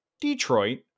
Detroit